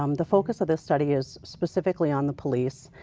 um the focus of the study is specifically on the police.